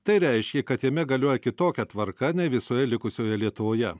tai reiškė kad jame galioja kitokia tvarka nei visoje likusioje lietuvoje